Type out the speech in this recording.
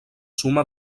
suma